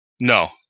No